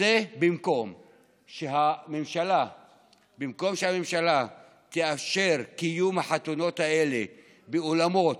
במקום שהממשלה תאשר את קיום החתונות האלה באולמות,